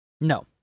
No